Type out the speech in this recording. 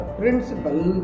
principle